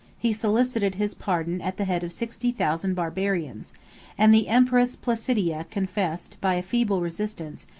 he solicited his pardon at the head of sixty thousand barbarians and the empress placidia confessed, by a feeble resistance,